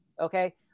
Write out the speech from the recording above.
Okay